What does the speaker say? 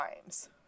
times